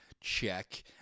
check